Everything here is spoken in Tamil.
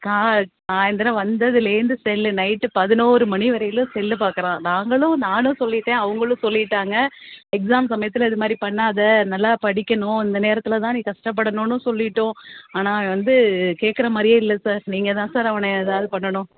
கா சாயந்திரம் வந்ததுலர்ந்து செல்லு நைட்டு பதினோரு மணி வரையிலும் செல்லு பார்க்குறான் நாங்களும் நானும் சொல்லிவிட்டேன் அவங்களும் சொல்லிவிட்டாங்க எக்ஸாம் சமயத்துல இதுமாதிரி பண்ணாத நல்லா படிக்கணும் இந்த நேரத்தில்தான் நீ கஷ்டப்படணுன்னு சொல்லிவிட்டோம் ஆனால் அவன் வந்து கேட்குறமாரியே இல்லை சார் நீங்க தான் சார் அவனை எதாவது பண்ணணும்